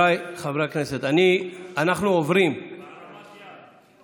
אנחנו עוברים